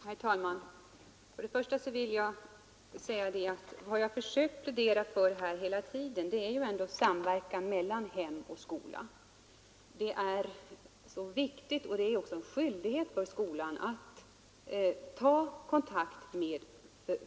Herr talman! Till att börja med vill jag säga att vad jag hela tiden i dag har försökt plädera för är en samverkan mellan hem och skola. Det är viktigt att skolan tar kontakt med föräldrarna och hemmet, och det är också en skyldighet för skolan att göra det.